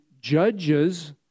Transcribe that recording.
judges